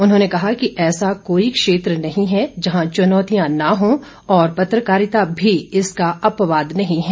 उन्होंने कहा कि ऐसा कोई क्षेत्र नहीं है जहां चुनौतियां न हो और पत्रकारिता भी इसका अपवाद नहीं है